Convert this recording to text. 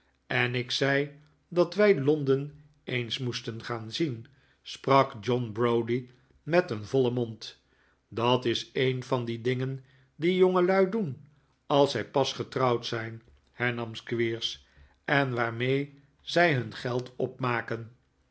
en ik zei dat wij londen eens moesten gaan zien sprak john browdie met een vollen mond dat is een van die dingen die jongelui doen als zij pas getrouwd zijn hernam squeers en waarmee zij hun geld opmaken